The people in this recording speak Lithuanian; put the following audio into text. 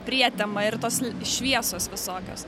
prietema ir tos šviesos visokios